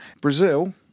Brazil